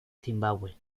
zimbabue